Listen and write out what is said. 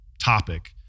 topic